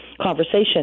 conversation